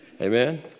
Amen